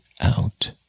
out